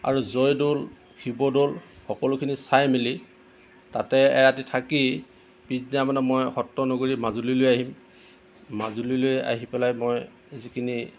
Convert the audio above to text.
আৰু জয়দৌল শিৱদৌল সকলোখিনি চাই মেলি তাতে এৰাতি থাকি পিছদিনা মানে মই সত্ৰনগৰী মাজুলীলৈ আহিম মাজুলীলৈ আহি পেলাই মই যিখিনি